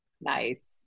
nice